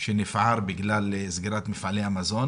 שנפער בגלל סגירת מפעלי המזון.